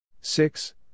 six